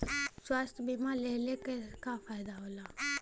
स्वास्थ्य बीमा लेहले से का फायदा होला?